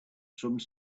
some